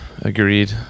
agreed